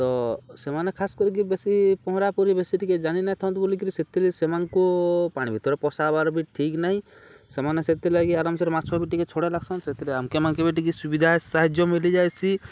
ତ ସେମାନେ ଖାସ୍ କରିକି ବେଶୀ ପହଁରାପହଁରି ବେଶୀ ଟିକେ ଜାଣିି ନାଇଥାନ୍ତ୍ ବୋଲିକିରି ସେଥିରେ ସେମାନ୍ଙ୍କୁ ପାଣି ଭିତ୍ରେ ପଶାବାର୍ ବି ଠିକ୍ ନୁହେଁ ସେମାନେ ସେଥିର୍ଲାଗି ଆରାମ୍ସେ ମାଛ୍ ବି ଟିକେ ଛାଡ଼ି ଲାଗ୍ସନ୍ ସେଥିରେ ଆମ୍ମାନ୍ଙ୍କେ ବି ଟିକେ ସୁବିଧା ସାହାଯ୍ୟ ମିଳିଯାଏସି